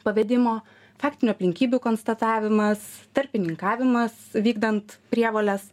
pavedimo faktinių aplinkybių konstatavimas tarpininkavimas vykdant prievoles